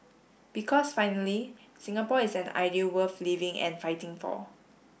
because finally Singapore is an idea worth living and fighting for